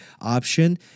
option